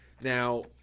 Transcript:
Now